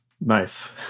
Nice